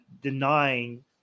denying